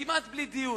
כמעט בלי דיון.